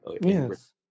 Yes